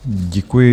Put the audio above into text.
Děkuji.